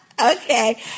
Okay